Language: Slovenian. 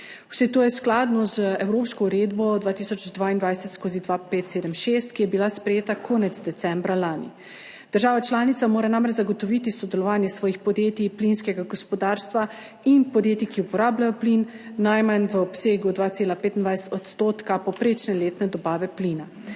Vse to je skladno z Evropsko uredbo 2022/2576, ki je bila sprejeta konec decembra lani. Država članica mora namreč zagotoviti sodelovanje svojih podjetij, plinskega gospodarstva in podjetij, ki uporabljajo plin, najmanj v obsegu 2,25 % povprečne letne dobave plina.